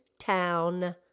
town